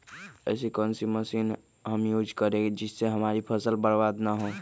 ऐसी कौन सी मशीन हम यूज करें जिससे हमारी फसल बर्बाद ना हो?